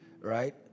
right